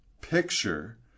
picture